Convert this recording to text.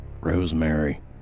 rosemary